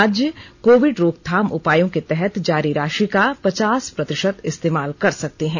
राज्य कोविड रोकथाम उपायों के तहत जारी राशि का पचास प्रतिशत इस्तेमाल कर सकते हैं